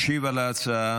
ישיב על ההצעה